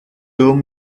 told